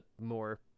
more